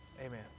Amen